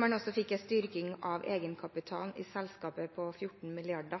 man også fikk en styrking av egenkapitalen i selskapet på 14 mrd. kr.